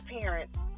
parents